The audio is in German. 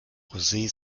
rosee